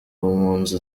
mpunzi